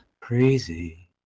Crazy